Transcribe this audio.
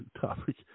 topic